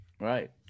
Right